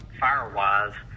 FireWise